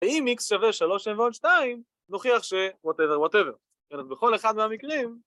האם x=3n+2, נוכיח ש... whatever, whatever. אז בכל אחד מהמקרים...